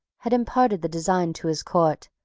had imparted the design to his court,